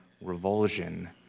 revulsion